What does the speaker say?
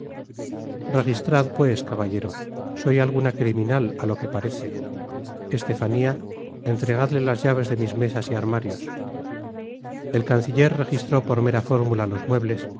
registrad pues caballero soy alguna criminal á lo que parece estefanía entregadle las llaves de mis mesas y armarios el canciller registró por mera fórmula los muebles